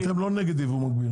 אתם לא נגד ייבוא מקביל?